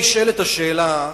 נשאלת השאלה,